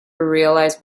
realize